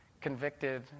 convicted